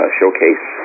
showcase